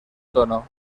tono